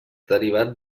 derivats